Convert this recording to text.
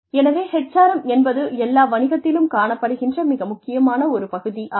எனவே HRM என்பது எல்லா வணிகத்திலும் காணப்படுகின்ற மிக முக்கியமான ஒரு பகுதியாகும்